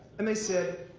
and they said,